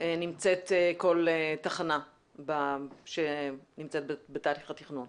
נמצאת כל תחנה שנמצאת בתהליך התכנון.